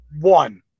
One